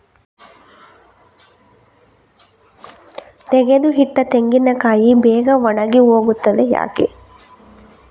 ತೆಗೆದು ಇಟ್ಟ ತೆಂಗಿನಕಾಯಿ ಬೇಗ ಒಣಗಿ ಹೋಗುತ್ತದೆ ಯಾಕೆ?